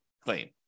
claim